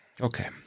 Okay